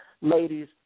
Ladies